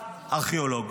ארכיאולוג.